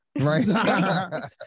right